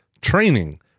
training